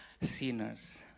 sinners